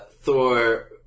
Thor